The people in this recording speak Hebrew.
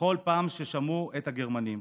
בכל פעם ששמעו את הגרמנים.